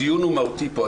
הדיון הוא מהותי פה,